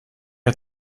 hat